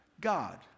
God